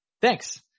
Thanks